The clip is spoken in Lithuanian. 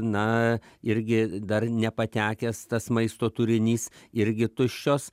na irgi dar nepatekęs tas maisto turinys irgi tuščios